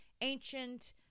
ancient